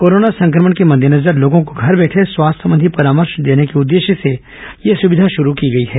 corona संक्रमण के मद्देनजर लोगों को घर बैठे स्वास्थ्य संबंधी परामर्श देने के उद्देश्य से यह सुविधा शुरू की गई है